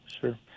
Sure